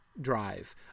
drive